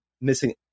missing